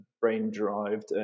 brain-derived